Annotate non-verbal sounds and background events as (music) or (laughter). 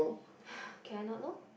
(breath) can I not know